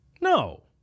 No